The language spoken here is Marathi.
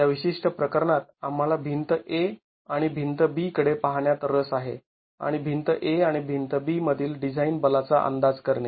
या विशिष्ट प्रकरणात आम्हाला भिंत A आणि भिंत B कडे पाहण्यात रस आहे आणि भिंत A आणि भिंत B मधील डिझाईन बला चा अंदाज करणे